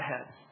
ahead